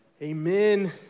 Amen